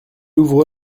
ouvre